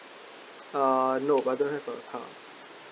uh no but I don't have a car